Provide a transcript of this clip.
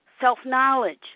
self-knowledge